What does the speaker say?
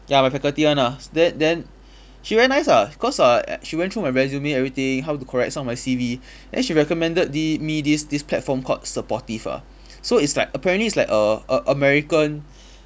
ya my faculty one ah s~ then then she very nice ah cause uh she went through my resume everything how to correct some of my C_V then she recommended the me this this platform called supportive ah so it's like apparently it's like err a american